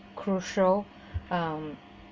crucial um